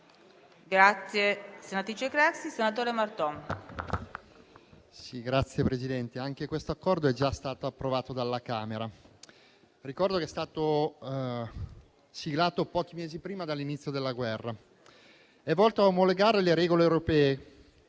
anche questo Accordo è già stato approvato dalla Camera dei deputati. Ricordo che è stato siglato pochi mesi prima dell'inizio della guerra. È volto a omologare le regole europee